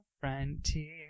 frontier